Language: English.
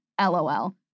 LOL